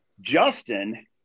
Justin